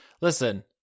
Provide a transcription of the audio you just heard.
listen